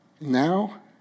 Now